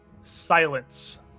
silence